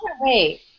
wait